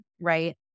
right